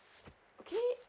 okay